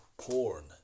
porn